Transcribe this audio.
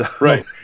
Right